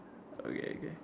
okay okay